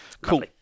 Cool